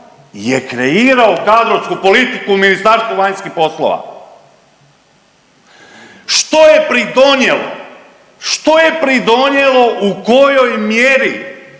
je kreirao kadrovsku politiku u Ministarstvu vanjskih poslova. Što je pridonijelo, što je pridonijelo, u kojoj mjeri